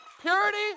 Purity